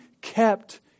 kept